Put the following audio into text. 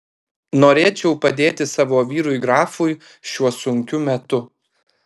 norėčiau padėti savo vyrui grafui šiuo sunkiu metu